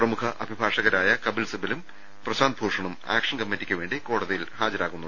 പ്രമുഖ അഭിഭാഷകരായ കപിൽ സിബലും പ്രശാന്ത് ഭൂഷണും ആക്ഷൻ കമ്മിറ്റിക്കുവേണ്ടി കോടതിയിൽ ഹാജരാകും